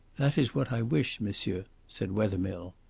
that is what i wish, monsieur, said wethermill.